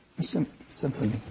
symphony